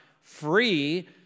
free